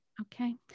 Okay